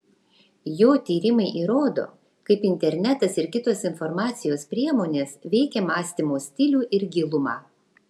jo tyrimai įrodo kaip internetas ir kitos informacijos priemonės veikią mąstymo stilių ir gilumą